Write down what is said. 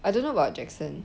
I don't know about jackson